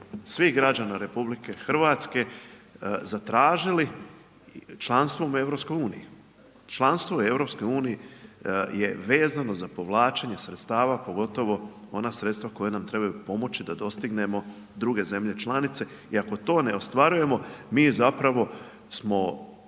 svih građana RH zatražili članstvo u EU. Članstvo u EU je vezano za povlačenje sredstava pogotovo ona sredstva koja nam trebaju pomoći da dostignemo druge zemlje članice i ako to ne ostvarujemo mi zapravo smo